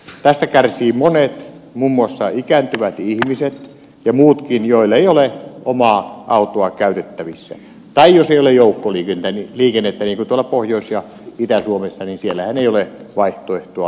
tästä kärsivät monet muun muassa ikääntyvät ihmiset ja muutkin joilla ei ole omaa autoa käytettävissä tai jos ei ole joukkoliikennettä niin kuin tuolla pohjois ja itä suomessa siellähän ei ole vaihtoehtoa liikkumiselle